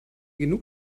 genug